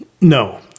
No